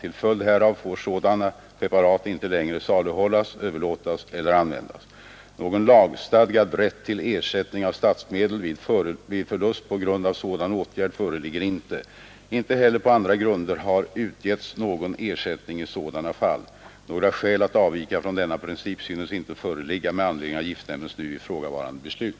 Till följd härav får sådana preparat inte längre saluhållas, överlåtas eller användas. Någon lagstadgad rätt till ersättning av statsmedel vid förlust på grund av en sådan åtgärd föreligger inte. Inte heller på andra grunder har utgetts någon ersättning i sådana fall. Några skäl att avvika från denna princip synes inte föreligga med anledning av giftnämndens nu ifrågavarande beslut.